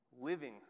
Living